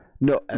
No